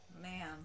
man